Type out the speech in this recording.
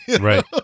right